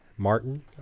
Martin